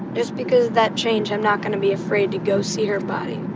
just because that change, i'm not going to be afraid to go see her body